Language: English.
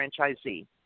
franchisee